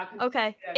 Okay